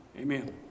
Amen